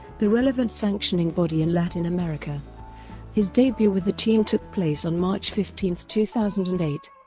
the relevant sanctioning body in latin america his debut with the team took place on march fifteen, two thousand and eight.